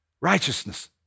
Righteousness